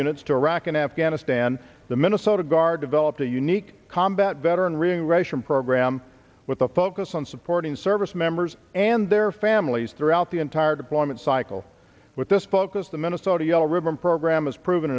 units to iraq and afghanistan the minnesota guard developed a unique combat veteran reintegration program with a focus on supporting service members and their families throughout the entire deployment cycle with this focus the minnesota yellow ribbon program has proven